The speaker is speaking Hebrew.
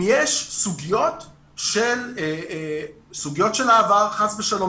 אם יש סוגיות של העבר חס ושלום,